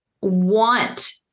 want